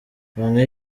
bamwe